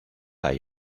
hay